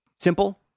Simple